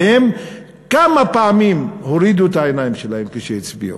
והם כמה פעמים הורידו את העיניים שלהם כשהצביעו.